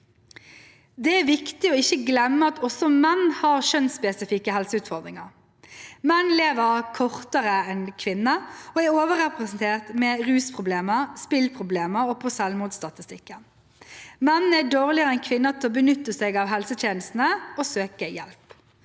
Det er viktig å ikke glemme at også menn har kjønnsspesifikke helseutfordringer. Menn lever kortere enn kvinner og er overrepresentert med rusproblemer, spilleproblemer og på selvmordsstatistikken. Menn er dårligere enn kvinner til å benytte seg av helsetjenestene og søke hjelp.